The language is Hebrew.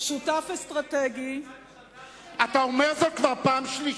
אבל הייתם שלוש